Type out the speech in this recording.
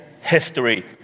history